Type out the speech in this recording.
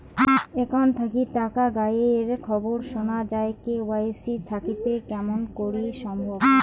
Account থাকি টাকা গায়েব এর খবর সুনা যায় কে.ওয়াই.সি থাকিতে কেমন করি সম্ভব?